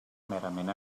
merament